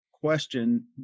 question